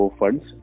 funds